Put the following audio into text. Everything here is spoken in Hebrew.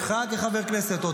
אותך כחבר הכנסת,